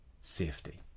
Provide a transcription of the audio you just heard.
safety